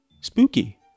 spooky